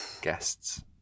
guests